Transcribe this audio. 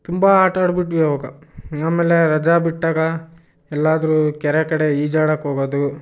ತುಂಬ ಆಟ ಆಡಿಬಿಟ್ವಿ ಅವಾಗ ಆಮೇಲೆ ರಜಾ ಬಿಟ್ಟಾಗ ಎಲ್ಲಾದಅರೂ ಕೆರೆ ಕಡೆ ಈಜಾಡಕ್ಕೆ ಹೋಗೋದು